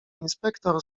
inspektor